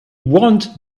want